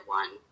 one